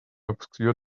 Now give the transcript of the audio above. obscure